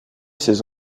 ses